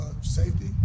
safety